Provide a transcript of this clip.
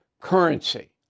currency